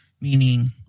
meaning